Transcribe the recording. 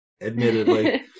Admittedly